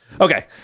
okay